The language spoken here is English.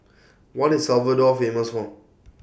What IS Salvador Famous For